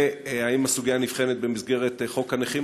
4. האם הסוגיה נבחנת במסגרת חוק הנכים